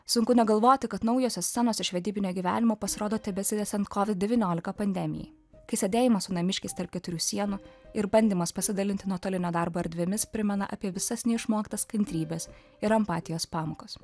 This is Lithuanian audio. sunku negalvoti kad naujosios scenos iš vedybinio gyvenimo pasirodo tebesitęsiant kovid devyniolika pandemijai kai sėdėjimas su namiškiais tarp keturių sienų ir bandymas pasidalinti nuotolinio darbo erdvėmis primena apie visas neišmokytas kantrybės ir empatijos pamokas